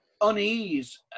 unease